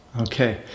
okay